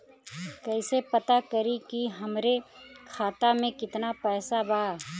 कइसे पता करि कि हमरे खाता मे कितना पैसा बा?